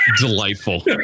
delightful